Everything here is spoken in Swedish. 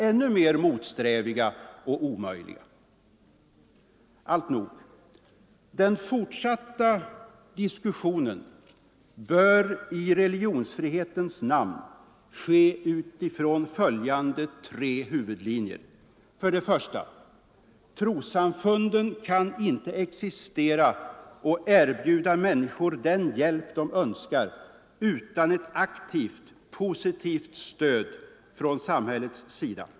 Ungefär så ut Förhållandet Alltnog, den fortsatta diskussionen bör i religionsfrihetens namn ske mellan kyrka och = utifrån följande tre huvudlinjer: stat 1. Trossamfunden kan inte existera och erbjuda människor den hjälp de önskar utan ett aktivt positivt stöd från samhällets sida.